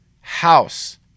house